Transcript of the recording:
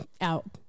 out